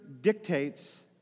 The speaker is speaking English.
dictates